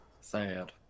Sad